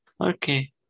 Okay